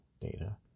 data